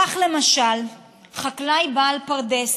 כך, למשל, חקלאי בעל פרדס